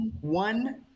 One